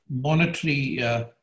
monetary